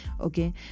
Okay